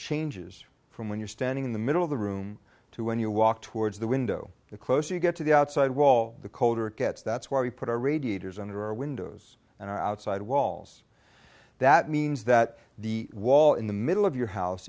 changes from when you're standing in the middle of the room to when you walk towards the window the closer you get to the outside wall the colder it gets that's why we put our radiators under our windows and our outside walls that means that the wall in the middle of your house